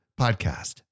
podcast